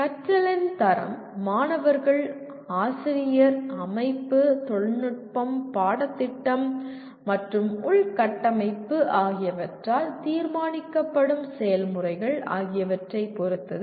கற்றலின் தரம் மாணவர்கள் ஆசிரியர் அமைப்பு தொழில்நுட்பம் பாடத்திட்டம் மற்றும் உள்கட்டமைப்பு ஆகியவற்றால் தீர்மானிக்கப்படும் செயல்முறைகள் ஆகியவற்றைப் பொறுத்தது